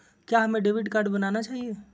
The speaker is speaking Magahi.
क्या हमें डेबिट कार्ड बनाना चाहिए?